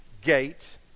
gate